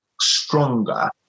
stronger